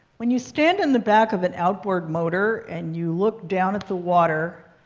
when you stand in the back of an outboard motor and you look down at the water,